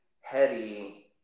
heady